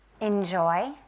Enjoy